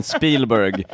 Spielberg